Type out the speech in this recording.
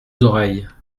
oreilles